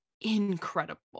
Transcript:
incredible